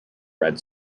red